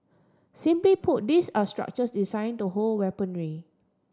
simply put these are structures design to hold weaponry